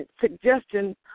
suggestion